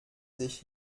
sich